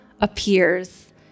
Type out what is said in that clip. appears